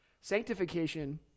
Sanctification